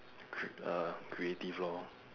c~ uh creative lor